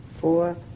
four